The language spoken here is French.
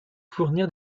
fournir